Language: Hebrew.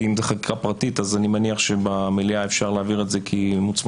כי אם זו חקיקה פרטית אני מניח שבמליאה אפשר להעביר את זה כמוצמדות.